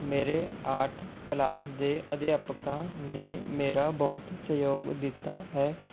ਮੇਰੇ art class ਦੇ ਅਧਿਆਪਕਾਂ ਨੇ ਮੇਰਾ ਬਹੁਤ ਸਹਿਯੋਗ ਦਿੱਤਾ ਹੈ